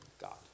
God